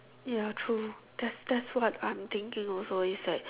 ya true that's that's what I'm thinking also is like